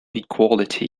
equality